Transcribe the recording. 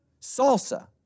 salsa